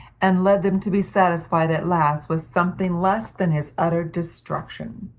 and led them to be satisfied at last with something less than his utter destruction.